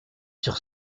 sur